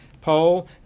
poll